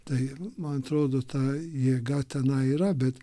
todėl man atrodo ta jėga tenai yra bet